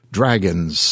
dragons